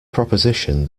proposition